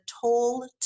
toll